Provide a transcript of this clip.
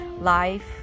life